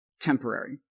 temporary